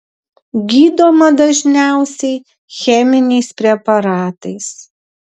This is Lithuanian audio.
gydoma dažniausiai cheminiais preparatais